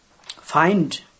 find